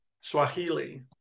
Swahili